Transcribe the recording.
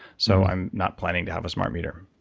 so, i'm not planning to have a smart meter.